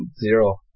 zero